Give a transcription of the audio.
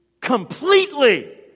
completely